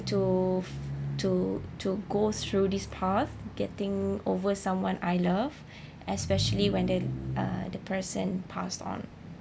to to to go through this path getting over someone I love especially when the uh the person passed on